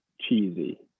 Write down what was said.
cheesy